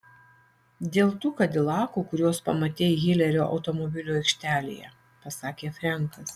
dėl tų kadilakų kuriuos pamatei hilerio automobilių aikštelėje pasakė frenkas